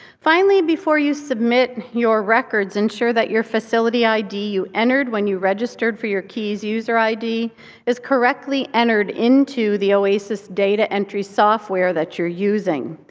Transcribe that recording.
finally, before you submit your records, ensure that your facility id you entered when you registered for your qies user id is correctly entered into the oasis data entry software that you're using.